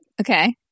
okay